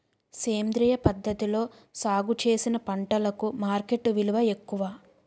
సేంద్రియ పద్ధతిలో సాగు చేసిన పంటలకు మార్కెట్ విలువ ఎక్కువ